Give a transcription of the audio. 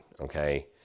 okay